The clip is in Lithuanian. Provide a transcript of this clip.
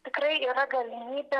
tikrai yra galimybė